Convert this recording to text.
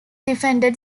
defended